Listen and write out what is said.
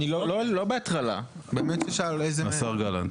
השר גלנט.